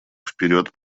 вперед